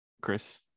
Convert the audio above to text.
Chris